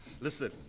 Listen